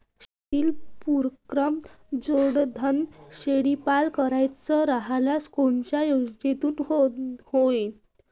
शेतीले पुरक जोडधंदा शेळीपालन करायचा राह्यल्यास कोनच्या योजनेतून होईन?